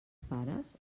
pares